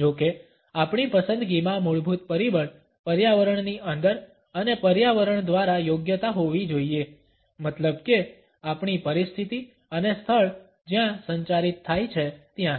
જો કે આપણી પસંદગીમાં મૂળભૂત પરિબળ પર્યાવરણની અંદર અને પર્યાવરણ દ્વારા યોગ્યતા હોવી જોઇએ મતલબ કે આપણી પરિસ્થિતિ અને સ્થળ જ્યાં સંચારિત થાય છે ત્યાં